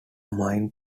mind